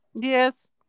yes